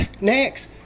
Next